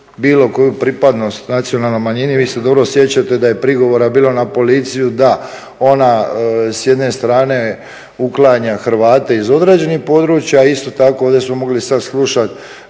bilo koju pripadnost nacionalnoj manjini, vi se dobro sjećate da je prigovora bilo na policiju da ona s jedne strane uklanja Hrvate iz određenih područja, a isto tako ovdje smo mogli sad slušati